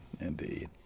indeed